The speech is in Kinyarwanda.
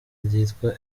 ryitwa